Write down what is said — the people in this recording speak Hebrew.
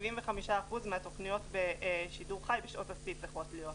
ו-75% מהתכניות בשידור חי בשעות השיא צריכות להיות מונגשות.